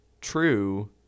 true